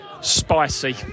spicy